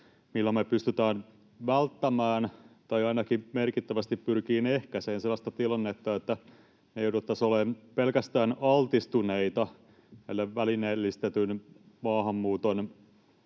millä me pystytään välttämään tai ainakin merkittävästi pyritään ehkäisemään sellaista tilannetta, että me jouduttaisiin olemaan pelkästään altistuneita näille välineellistetyn maahanmuuton